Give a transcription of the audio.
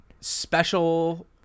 special